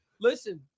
Listen